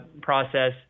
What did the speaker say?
process